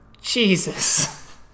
Jesus